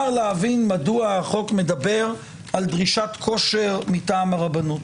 להבין מדוע החוק מדבר על דרישת כושר מטעם הרבנות.